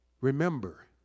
remember